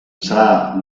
serà